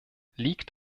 liegt